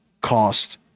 cost